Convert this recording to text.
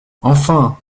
enfin